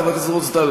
חבר הכנסת רוזנטל,